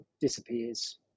disappears